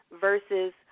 versus